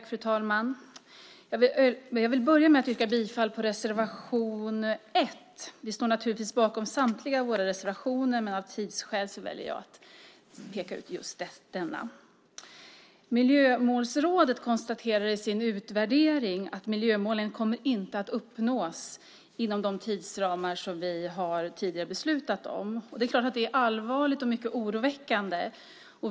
Fru talman! Jag börjar med att yrka bifall till reservation 1. Vi står naturligtvis bakom samtliga våra reservationer, men av tidsskäl väljer jag att yrka bifall till just den. Miljömålsrådet konstaterar i sin utvärdering att miljömålen inte kommer att uppnås inom de tidsramar som vi tidigare har beslutat om. Det är klart att det är allvarligt och mycket oroväckande.